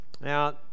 Now